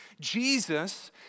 Jesus